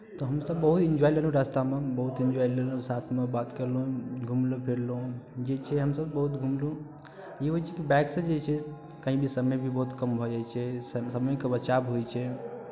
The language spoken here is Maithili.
तऽ हमसभ बहुत इन्जॉय लेलहुँ रास्तामे बहुत इन्जॉय लेलहुँ साथमे बात कयलहुँ घुमलहुँ फिरलहुँ जे छै हमसभ बहुत घुमलहुँ ई होइ छै कि बाइकसँ जे छै कहीँ भी समय भी बहुत कम भऽ जाइ छै समयके बचाव होइ छै